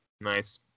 Nice